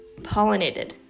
pollinated